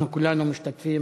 אנחנו כולנו משתתפים